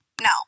no